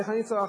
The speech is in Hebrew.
איך אני צרכתי,